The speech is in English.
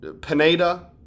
Pineda